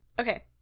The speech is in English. Okay